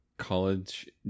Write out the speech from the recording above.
College